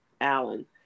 Allen